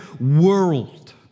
world